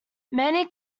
many